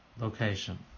location